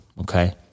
okay